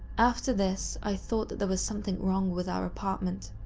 after this, i thought that there was something wrong with our apartment.